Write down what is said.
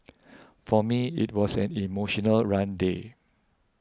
for me it was an emotional run day